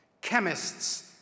Chemists